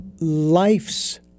life's